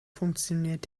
funktioniert